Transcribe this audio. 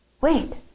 wait